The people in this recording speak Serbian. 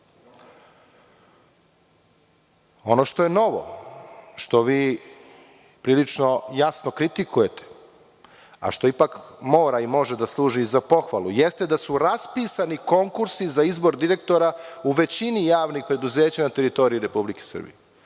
što je novo, što vi prilično jasno kritikujete, a što ipak mora i može da služi za pohvalu, jeste da su raspisani konkursi za izbor direktora u većini javnih preduzeća na teritoriji Republike Srbije